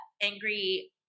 angry